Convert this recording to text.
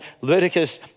Leviticus